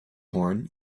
horn